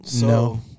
No